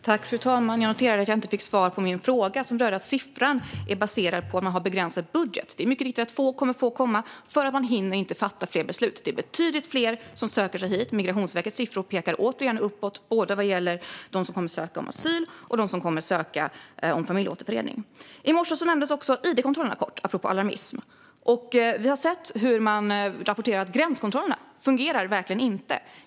Fru talman! Jag noterar att jag inte fick svar på min fråga, som rörde att siffran är baserad på att man har en begränsad budget. Det är mycket riktigt så att få kommer att få komma, eftersom man inte hinner fatta fler beslut. Det är betydligt fler som söker sig hit; Migrationsverkets siffror pekar återigen uppåt både vad gäller dem som kommer att söka asyl och vad gäller dem som kommer att ansöka om familjeåterförening. I morse nämndes också id-kontrollerna kort, apropå alarmism. Vi har sett rapporter om att gränskontrollerna verkligen inte fungerar.